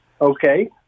Okay